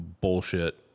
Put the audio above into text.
bullshit